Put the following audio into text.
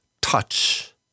touch